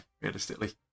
realistically